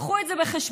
קחו את זה בחשבון,